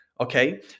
Okay